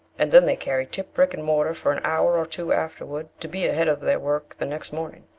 and then they carry tip brick and mortar for an hour or two afterward, to be ahead of their work the next morning.